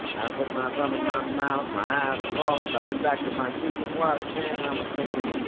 i put my thumb in my mouth, my eyes crossed. i went back to my seat in the choir stand, and i was thinking